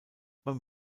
beim